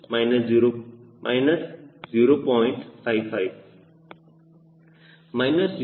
55 minus 0